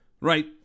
Right